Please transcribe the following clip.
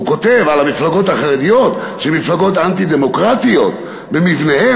והוא כותב על המפלגות החרדיות שהן מפלגות אנטי-דמוקרטיות במבניהן,